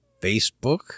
Facebook